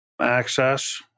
access